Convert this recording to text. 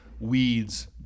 weeds